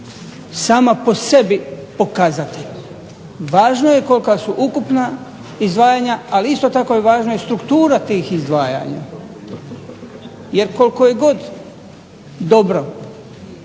sama po sebi pokazatelj. Važno je kolika su ukupna izdvajanja, ali isto tako je važno i struktura tih izdvajanja. Jer koliko je god dobro